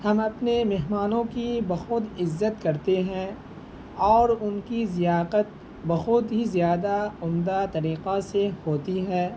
ہم اپنے مہمانوں کی بہت عزت کرتے ہیں اور ان کی ضیافت بہت ہی زیادہ عمدہ طریقہ سے ہوتی ہے